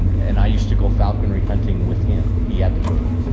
and i used to go falconry hunting with him, he had the birds. there